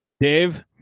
Dave